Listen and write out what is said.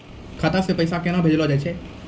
खाता से पैसा केना भेजलो जाय छै?